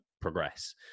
progress